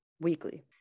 weekly